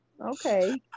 okay